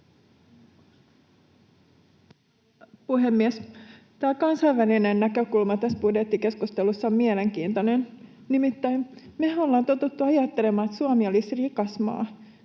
puhemies! Tämä kansainvälinen näkökulma tässä budjettikeskustelussa on mielenkiintoinen. Nimittäin mehän ollaan totuttu ajattelemaan, että Suomi olisi rikas maa,